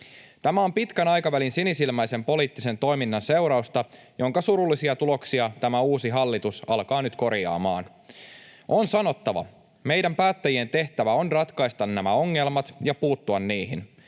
Tämä on pitkän aikavälin sinisilmäisen poliittisen toiminnan seurausta, jonka surullisia tuloksia tämä uusi hallitus alkaa nyt korjaamaan. On sanottava: Meidän päättä-jien tehtävä on ratkaista nämä ongelmat ja puuttua niihin.